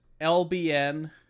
lbn